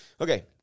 Okay